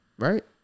right